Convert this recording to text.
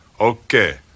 Okay